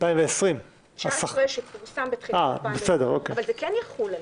2019 שפורסם בתחילת 2020. אבל זה כן יחול עליהם,